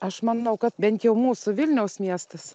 aš manau kad bent jau mūsų vilniaus miestas